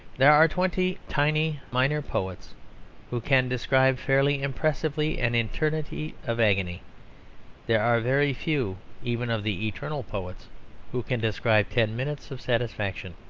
there are twenty tiny minor poets who can describe fairly impressively an eternity of agony there are very few even of the eternal poets who can describe ten minutes of satisfaction.